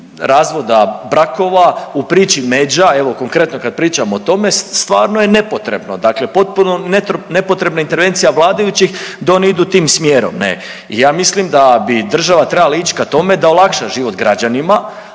razvoda brakova, u priči međa, evo konkretno kad pričamo o tome stvarno je nepotrebno. Dakle, potpuno nepotrebno intervencija vladajućih da oni idu tim smjerom ne. I ja mislim da bi država trebala ići ka tome da olakša život građanima,